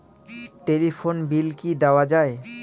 Telephone bill কি দেওয়া যায়?